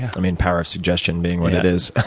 i mean, power of suggestion being what it is.